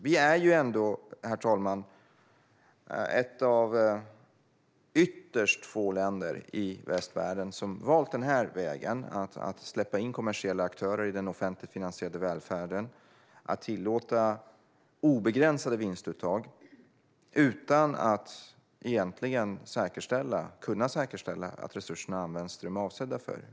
Herr talman! Vi är ett av ytterst få länder i västvärlden som valt vägen att släppa in kommersiella aktörer i den offentligt finansierade välfärden, att tillåta obegränsade vinstuttag utan att egentligen kunna säkerställa att resurserna används till det som de är avsedda för.